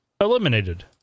eliminated